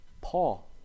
Paul